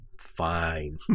fine